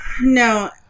No